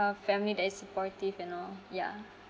uh family that is supportive and all ya